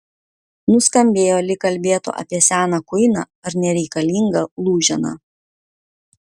nuskambėjo lyg kalbėtų apie seną kuiną ar nereikalingą lūženą